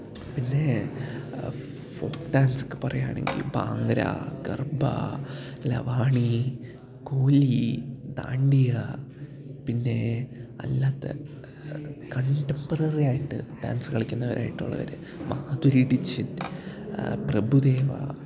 പിന്നെ ഫോക്ക് ഡാൻസൊക്കെ പറയുകയാണെങ്കിൽ ബാന്ഗ്ര ഗർബ ലവാണി കോലി ദാണ്ടിയ പിന്നെ അല്ലാത്ത കണ്ടംമ്പററി ആയിട്ട് ഡാൻസ് കളിക്കുന്നവരായിട്ടുള്ളവര് മാധുരി ദീക്ഷിത് പ്രഭുദേവ